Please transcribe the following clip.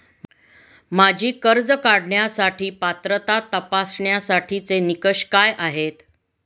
माझी कर्ज काढण्यासाठी पात्रता तपासण्यासाठीचे निकष काय आहेत?